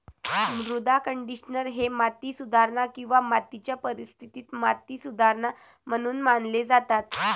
मृदा कंडिशनर हे माती सुधारणा किंवा मातीच्या परिस्थितीत माती सुधारणा म्हणून मानले जातात